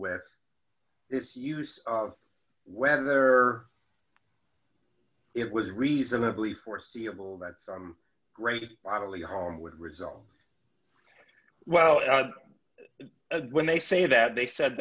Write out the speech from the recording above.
with this use of whether it was reasonably foreseeable that some great bodily harm would result well when they say that they said